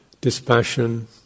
dispassion